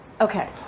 Okay